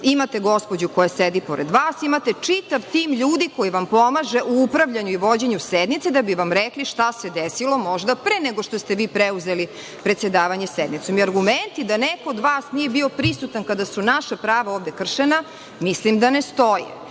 imate gospođu koja sedi pored vas, imate čitav tim ljudi koji vam pomažu u upravljanju i vođenju sednice, da bi vam rekli šta se desilo pre nego što ste vi preuzeli predsedavanje sednicom. Argumenti da neko od vas nije bio prisutan kada su naša prava ovde kršena, mislim da ne stoje. Drugo,